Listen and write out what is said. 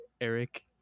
eric